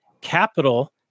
capital